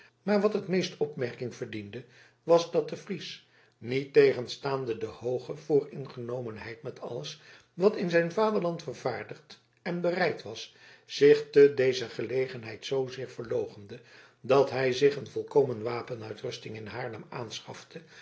maar wat het meest opmerking verdiende was dat de fries niettegenstaande de hooge vooringenomenheid met alles wat in zijn vaderland vervaardigd en bereid was zich te dezer gelegenheid zoozeer verloochende dat hij zich een volkomen wapenrusting in haarlem aanschafte